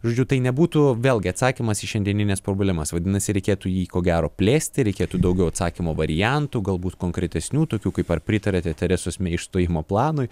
žodžiu tai nebūtų vėlgi atsakymas į šiandienines problemas vadinasi reikėtų jį ko gero plėsti reikėtų daugiau atsakymo variantų galbūt konkretesnių tokių kaip ar pritariate teresos išstojimo planui